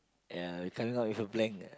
ya we coming up with a blank